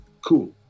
Cool